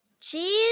Cheese